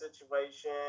situation